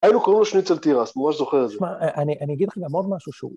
‫היינו קוראים לו שניצל תירס, ‫ממש זוכר את זה. ‫תשמע, אני אגיד לך גם עוד משהו שהוא.